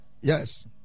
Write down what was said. Yes